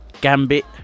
Gambit